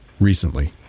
recently